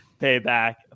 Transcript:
Payback